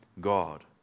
God